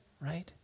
right